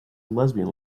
lesbian